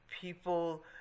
People